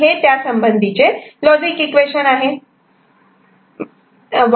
आणि हे त्यासंबंधीचे लॉजिक इक्वेशन आहे